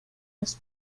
las